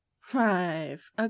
Five